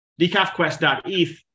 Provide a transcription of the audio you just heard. decafquest.eth